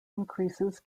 increases